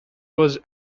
was